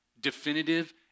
Definitive